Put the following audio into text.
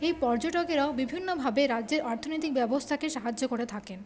এই পর্যটকেরাও বিভিন্নভাবে রাজ্যের অর্থনৈতিক ব্যবস্থাকে সাহায্য করে থাকেন